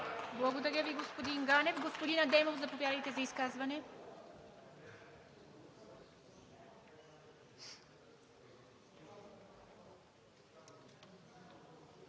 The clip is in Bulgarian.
Благодаря Ви, господин Ганев. Господин Адемов, заповядайте за изказване.